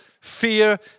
fear